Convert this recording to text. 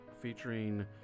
featuring